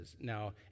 Now